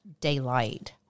daylight